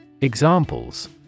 Examples